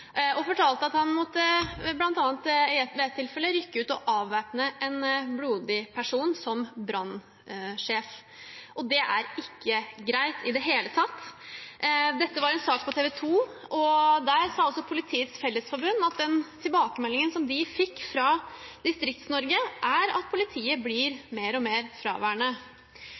Han fortalte at han som brannsjef bl.a. i ett tilfelle måtte rykke ut og avvæpne en blodig person. Det er ikke greit i det hele tatt. Dette var en sak på TV 2, og der sa Politiets Fellesforbund at den tilbakemeldingen de fikk fra Distrikts-Norge, var at politiet blir mer og mer fraværende.